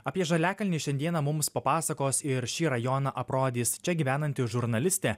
apie žaliakalnį šiandieną mums papasakos ir šį rajoną aprodys čia gyvenanti žurnalistė